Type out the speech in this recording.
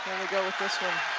go with this one.